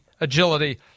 agility